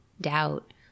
doubt